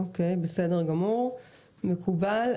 אוקיי, מקובל.